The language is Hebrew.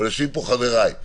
אבל יושבים פה חבריי,